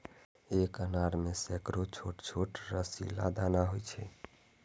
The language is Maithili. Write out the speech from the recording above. एक अनार मे सैकड़ो छोट छोट रसीला दाना होइ छै